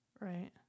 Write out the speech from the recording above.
Right